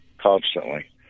constantly